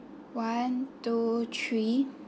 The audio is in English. one two three